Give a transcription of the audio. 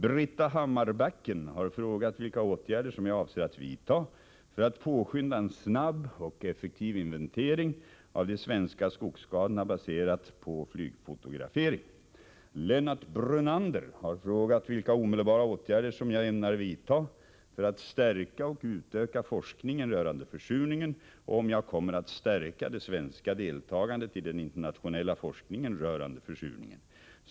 Britta Hammarbacken har frågat vilka åtgärder som jag avser att vidta för att påskynda en snabb och effektiv inventering av de svenska skogsskadorna baserad på flygfotografering. Lennart Brunander har frågat vilka omedelbara åtgärder som jag ämnar vidta för att stärka och utöka forskningen rörande försurningen och om jag kommer att stärka det svenska deltagandet i den internationella forskningen rörande försurningen.